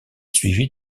suivi